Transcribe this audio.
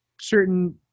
certain